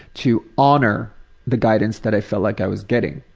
to honor the guidance that i felt like i was getting,